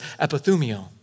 epithumio